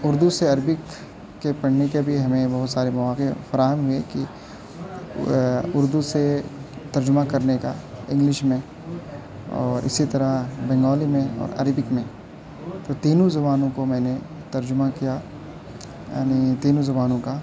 اردو سے عربک کے پڑھنے کے بھی ہمیں بہت سارے مواقع فراہم ہوئے کی اردو سے ترجمہ کرنے کا انگلش میں اور اسی طرح بنگالی میں اور عربک میں تو تینوں زبانوں کو میں نے ترجمہ کیا یعنی تینوں زبانوں کا